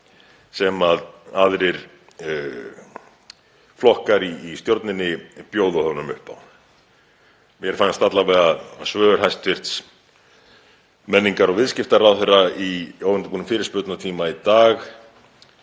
sem aðrir flokkar í stjórninni bjóða honum upp á? Mér fannst alla vega svör hæstv. menningar- og viðskiptaráðherra í óundirbúnum fyrirspurnatíma í dag